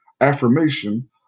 affirmation